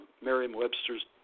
Merriam-Webster's